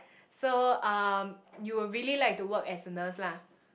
so um you would really like to work as a nurse lah